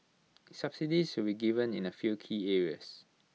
subsidies will be given in A few key areas